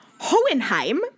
Hohenheim